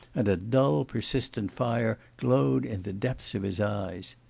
and a dull persistent fire glowed in the depths of his eyes.